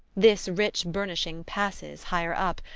this rich burnishing passes, higher up,